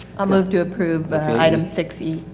i move to approve item six e.